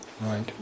Right